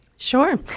Sure